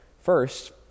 first